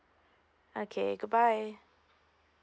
okay good bye